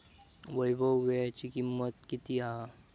वैभव वीळ्याची किंमत किती हा?